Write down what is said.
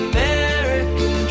American